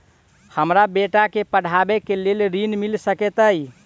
हमरा बेटा केँ पढ़ाबै केँ लेल केँ ऋण मिल सकैत अई?